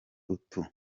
utu